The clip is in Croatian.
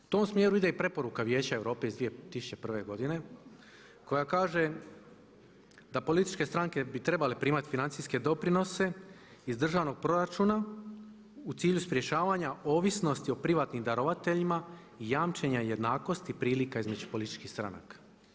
U tom smjeru ide i preporuka Vijeća Europe iz 2001. godine koja kaže da političke stranke bi trebale primati financijske doprinose iz državnog proračuna u cilju sprječavanja ovisnosti o privatnim darovateljima i jamčenja jednakosti prilika između političkih stranaka.